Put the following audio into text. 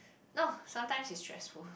no sometimes is stressful